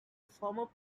former